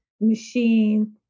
machine